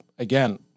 Again